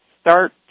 start